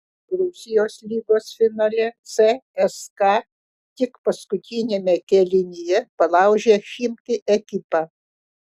rusijos lygos finale cska tik paskutiniame kėlinyje palaužė chimki ekipą